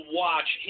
watch